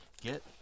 Get